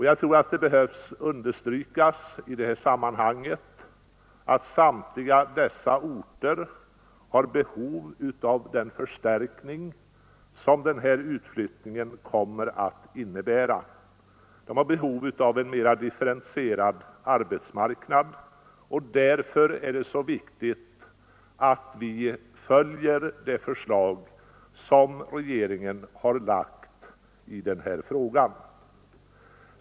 Jag tror det behöver understrykas i det här sammanhanget att samtliga dessa orter har behov av den förstärkning som utflyttningen kommer att innebära. De har behov av en mera differentierad arbetsmarknad och därför är det så viktigt att vi följer det förslag som regeringen lagt fram i den här frågan.